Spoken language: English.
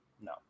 No